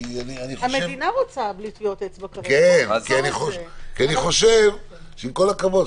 עם כל הכבוד,